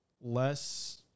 Less